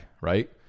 right